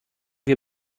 wir